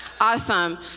awesome